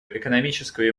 экономическую